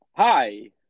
Hi